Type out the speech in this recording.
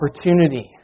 opportunity